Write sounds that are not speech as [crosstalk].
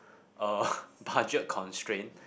uh [breath] budget constraint